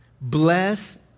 Bless